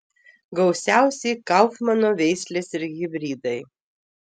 gausiausiai kaufmano veislės ir hibridai